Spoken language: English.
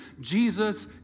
Jesus